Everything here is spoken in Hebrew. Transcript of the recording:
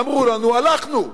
אמרו לנו, הלכנו.